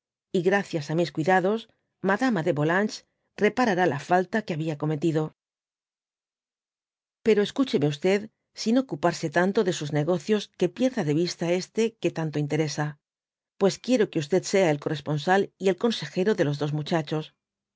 y gracias á mis cuidados madama de volanges reparará la falta que habia cometido pero escúcheme sin ocuparse tanto de sus negocios que pierda de vista este que tanto interesa i pues quiero que sea el corresponsal y el consejero de los dos muchachos